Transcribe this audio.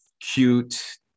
cute